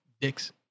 dicks